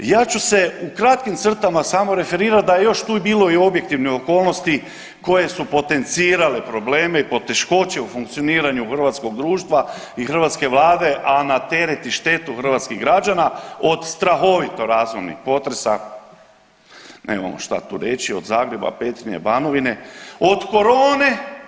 Ja ću se u kratkim crtama samo referirati da je još tu bilo i objektivnih okolnosti koje su potencirale probleme i poteškoće u funkcioniranju hrvatskog društva i hrvatske vlade, a na teret i štetu hrvatskih građana od strahovito razornih potresa, nemamo tu šta reći od Zagreba, Petrinje, Banovine, od korone.